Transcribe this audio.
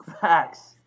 Facts